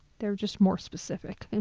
they're just more specific.